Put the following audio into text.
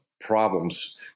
problems